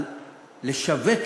על לשווק,